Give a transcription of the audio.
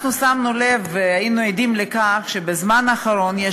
אנחנו שמנו לב והיינו עדים לכך שבזמן האחרון יש